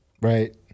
Right